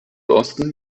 osten